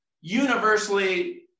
universally